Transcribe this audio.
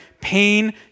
Pain